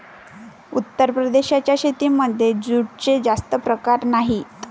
उत्तर प्रदेशाच्या शेतीमध्ये जूटचे जास्त प्रकार नाही